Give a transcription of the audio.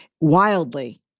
Wildly